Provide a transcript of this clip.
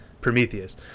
prometheus